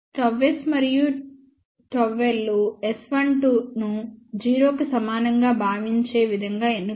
ΓS మరియు ΓL లు S12 ను 0 కి సమానంగా భావించే విధంగా ఎన్నుకోబడతాయి